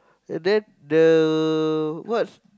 and then the what